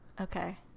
Okay